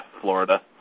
Florida